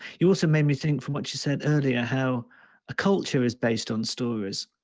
you also made me think from what you said earlier, how culture is based on stories.